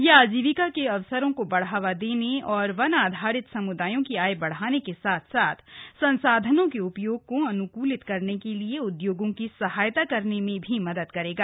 यह आजीविका के अवसरों को बढ़ावा देने और वन आधारित सम्दायों की आय बढ़ाने के साथ साथ संसाधनों के उपयोग को अनुकूलित करने के लिए उद्योगों की सहायता करने में भी मदद करेगा